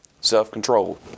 Self-control